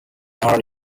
are